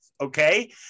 Okay